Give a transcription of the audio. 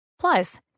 Plus